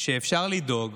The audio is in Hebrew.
כשאפשר לדאוג